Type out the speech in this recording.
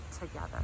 together